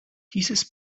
dieses